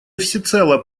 всецело